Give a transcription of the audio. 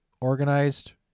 organized